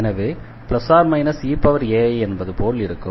எனவே eai என்பது போல இருக்கும்